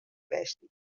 kwestje